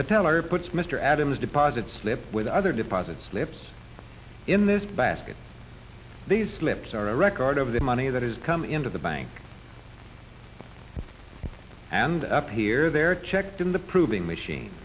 the teller puts mr adams did posits slip with other deposit slips in this basket these slips are a record of the money that is coming into the bank and up here there checked in the proving machine